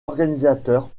organisateur